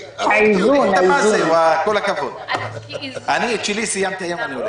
אני את שלי סיימתי.